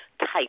type